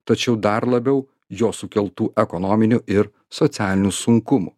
tačiau dar labiau jo sukeltų ekonominių ir socialinių sunkumų